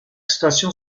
station